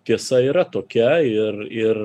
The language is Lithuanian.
tiesa yra tokia ir ir